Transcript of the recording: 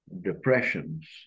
depressions